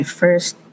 first